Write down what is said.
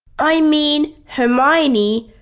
i mean hermione,